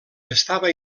estava